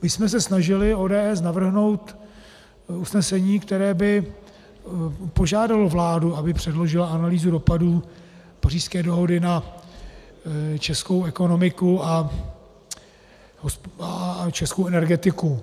My jsme se snažili, ODS, navrhnout usnesení, které by požádalo vládu, aby předložila analýzu dopadů Pařížské dohody na českou ekonomiku a českou energetiku.